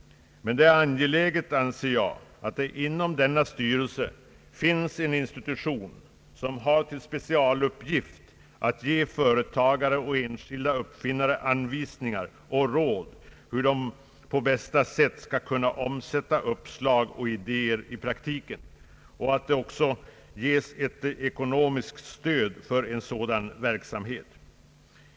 Men det är enligt min uppfattning angeläget att det inom denna styrelse finns en institution som har till specialuppgift att ge företagare och enskilda uppfinnare anvisningar och råd om hur de på bästa sätt skall kunna omsätta uppslag och idéer i praktiken och att det också ges ett ekonomiskt stöd för en sådan verksamhet.